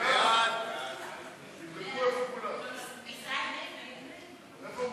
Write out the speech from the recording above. סעיפים 1 2 נתקבלו.